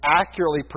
accurately